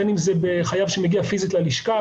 בין אם זה בחייב שמגיע פיזית ללשכה,